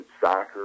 soccer